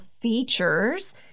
features